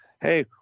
Hey